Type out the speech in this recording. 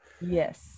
Yes